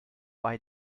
bei